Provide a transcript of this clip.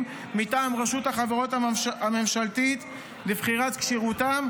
מטעם רשות החברות הממשלתית לבחינת כשירותם,